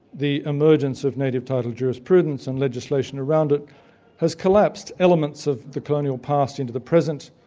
the emergence of native title jurisprudence and legislation around it has collapsed elements of the colonial past into the present,